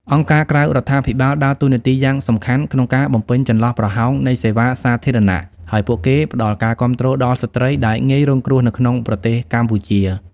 អង្គការក្រៅរដ្ឋាភិបាលដើរតួនាទីយ៉ាងសំខាន់ក្នុងការបំពេញចន្លោះប្រហោងនៃសេវាសាធារណៈ ហើយពួកគេផ្តល់ការគាំទ្រដល់ស្ត្រីដែលងាយរងគ្រោះនៅក្នុងប្រទេសកម្ពុជា។